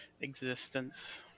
existence